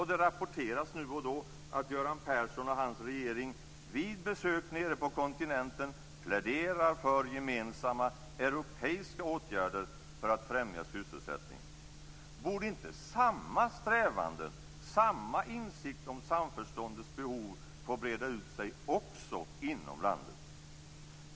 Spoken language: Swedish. Det rapporteras nu och då att Göran Persson och hans regering vid besök nere på kontinenten pläderar för gemensamma europeiska åtgärder för att främja sysselsättning. Borde inte samma strävanden, samma insikt om samförståndets behov, få breda ut sig också inom landet?